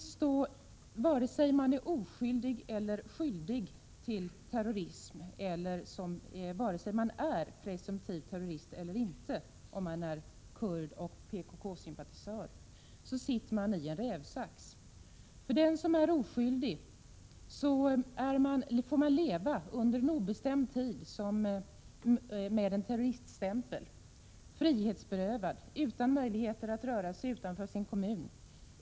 Som kurd och PKK-sympatisör sitter man i en rävsax — vare sig man är att anse som presumtiv terrorist eller inte. Den som är oskyldig får under obestämd tid leva med en terroriststämpel, frihetsberövad och utan möjligheter att röra sig utanför sin kommun.